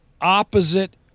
opposite